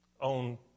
own